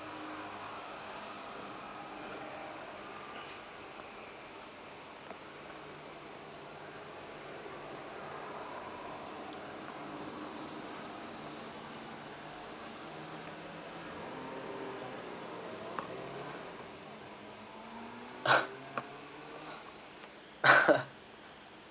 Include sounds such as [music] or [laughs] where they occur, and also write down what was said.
[laughs]